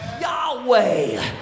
Yahweh